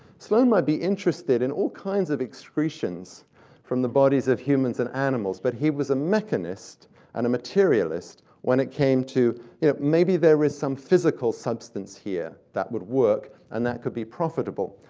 sloane might be interested in all kinds of excretions from the bodies of humans and animals, but he was a mechanist and a materialist when it came to maybe there is some physical substance here that would work, and that could be profitable.